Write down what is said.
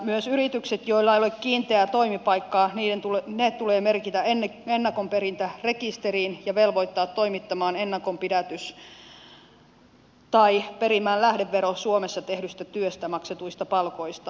myös yritykset joilla ei ole kiinteää toimipaikkaa tulee merkitä ennakonperintärekisteriin ja velvoittaa toimittamaan ennakonpidätys tai perimään lähdevero suomessa tehdystä työstä maksetuista palkoista